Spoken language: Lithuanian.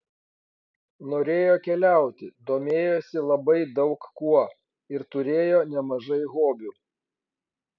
norėjo keliauti domėjosi labai daug kuo ir turėjo nemažai hobių